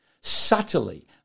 subtly